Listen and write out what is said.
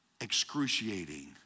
excruciating